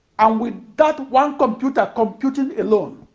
and with that one computer computing alone